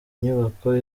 nyubako